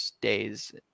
days